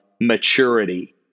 maturity